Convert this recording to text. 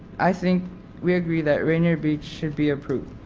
i think we agreed that rainier beach should be improved.